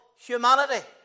humanity